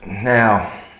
Now